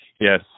yes